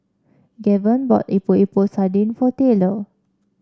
Gaven bought Epok Epok Sardin for Taylor